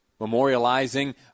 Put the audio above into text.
memorializing